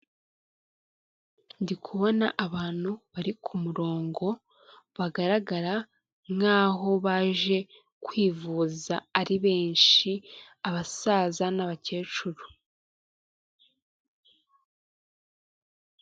Ndikubona abantu bari ku murongo bagaragara nk'aho baje kwivuza ari benshi abasaza n'abakecuru.